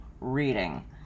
reading